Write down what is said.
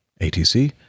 ATC